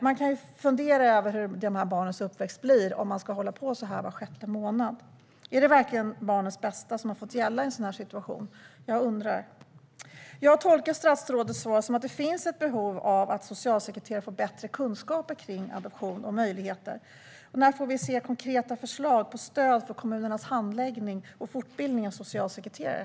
Man kan fundera över hur barnens uppväxt blir om man ska hålla på så här var sjätte månad. Är det verkligen barnens bästa som fått gälla i en sådan situation? Jag undrar om det är så. Jag tolkar statsrådets svar som att det finns behov av att socialsekreterare får bättre kunskaper kring adoption och möjligheter. När får vi se konkreta förslag på stöd för kommunernas handläggning och fortbildning av socialsekreterare?